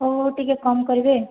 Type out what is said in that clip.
ହଉ ହଉ ଟିକେ କମ କରିବେ